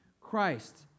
Christ